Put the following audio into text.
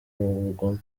bugome